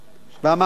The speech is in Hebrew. המהפכה